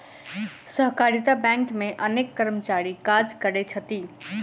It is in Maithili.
सहकारिता बैंक मे अनेक कर्मचारी काज करैत छथि